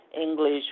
English